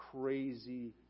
crazy